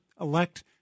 elect